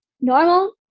normal